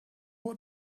what